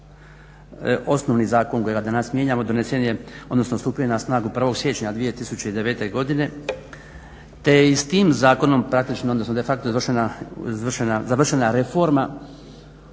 osnovni zakon kojega danas mijenjamo donesen je, odnosno stupio je na snagu 1. siječnja 2009. godine te je i s tim zakonom praktično, odnosno de facto završena reforma